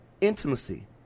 intimacy